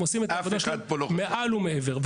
הם עושים את העבודה שלהם מעל ומעבר.